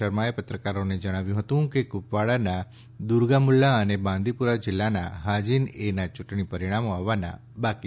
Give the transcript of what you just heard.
શર્માએ પત્રકારોને જણાવ્યું કે કુપવાડાના દુર્ગામુલ્લા અને બાંદીપુરા જિલ્લાના હાજીન એ ના યૂંટણી પરિણામો આવવાના બાકી છે